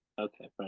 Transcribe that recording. Okay